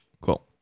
cool